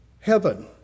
heaven